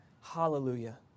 hallelujah